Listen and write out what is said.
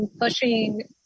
Pushing